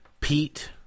pete